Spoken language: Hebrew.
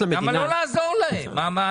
למה לא לעזור להם?